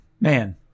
man